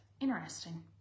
Interesting